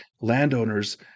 landowners